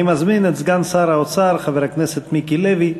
אני מזמין את סגן שר האוצר, חבר הכנסת מיקי לוי,